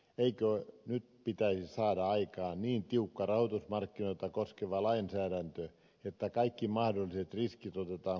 eikö nyt pitäisi saada aikaan niin tiukka rahoitusmarkkinoita koskeva lainsäädäntö että kaikki mahdolliset riskit otetaan huomioon